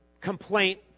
complaint